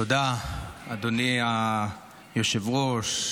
תודה, אדוני היושב-ראש.